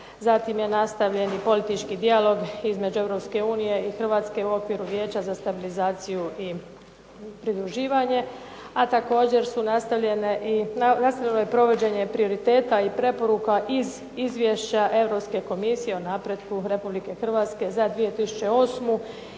zatim je nastavljen i politički dijalog između Europske unije i Hrvatske u okviru vijeća za stabilizaciju tim pridruživanje. A također je nastavljeno provođenje prioriteta i preporuka iz izvješća Europske komisije o napretku Republike Hrvatske za 2008.